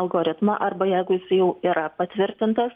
algoritmą arba jeigu jis jau yra patvirtintas